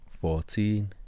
fourteen